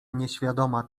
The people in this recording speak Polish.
nieświadoma